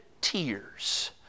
tears